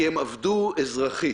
כי הם עבדו אזרחית.